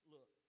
Look